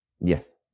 Yes